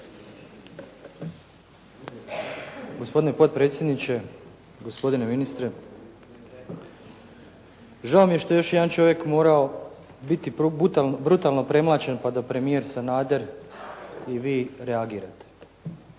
Gospodine potpredsjedniče, gospodine ministre. Žao mi je što je još jedan čovjek morao biti brutalno premlaćen pa da premijer Sanader i vi reagirate.